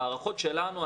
בהערכות שלנו,